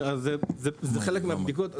זה חלק מהבדיקות.